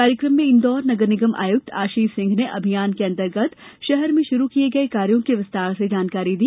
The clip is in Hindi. कार्यक्रम में इंदौर नगर निगम आयुक्त आशीष सिंह ने अभियान के अंतर्गत शहर में शुरू किये गये कार्यो की विस्तार से जानकारी दी